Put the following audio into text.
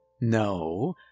No